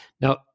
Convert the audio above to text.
Now